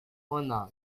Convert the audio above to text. hunan